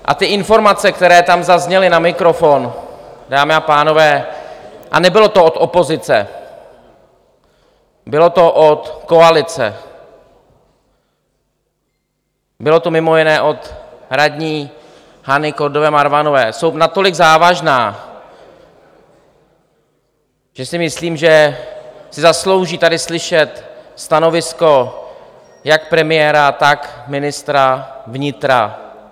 A ty informace, které tam zazněly na mikrofon, dámy a pánové a nebylo to od opozice, bylo to od koalice, bylo to mimo jiné od radní Hany Kordové Marvanové jsou natolik závažné, že si myslím, že si zaslouží tady slyšet stanovisko jak premiéra, tak ministra vnitra.